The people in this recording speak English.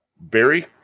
Barry